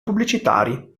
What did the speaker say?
pubblicitari